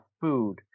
food